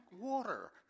water